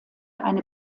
eine